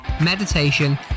meditation